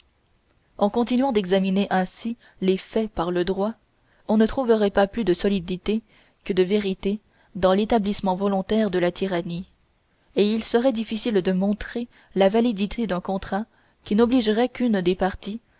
en continuant d'examiner ainsi les faits par le droit on ne trouverait pas plus de solidité que de vérité dans l'établissement volontaire de la tyrannie et il serait difficile de montrer la validité d'un contrat qui n'obligerait qu'une des parties